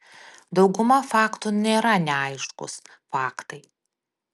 dauguma faktų nėra neaiškūs faktai